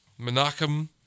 Menachem